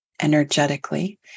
energetically